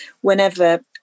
whenever